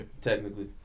Technically